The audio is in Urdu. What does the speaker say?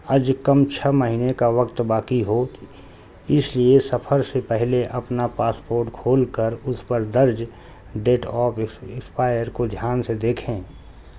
از کم چھ مہینے کا وقت باقی ہو اس لیے سفر سے پہلے اپنا پاسپورٹ کھول کر اس پر درج ڈیٹ آف ایکسپائر کو دھیان سے دیکھیں